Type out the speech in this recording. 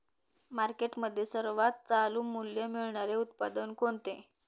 मार्केटमध्ये सर्वात चालू मूल्य मिळणारे उत्पादन कोणते?